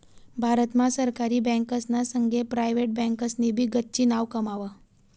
भारत मा सरकारी बँकासना संगे प्रायव्हेट बँकासनी भी गच्ची नाव कमाव